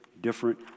different